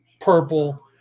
purple